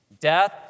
Death